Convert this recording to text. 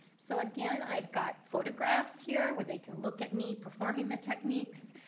so again, i've got photographs here where they can look at me performing the techniques.